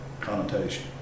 connotation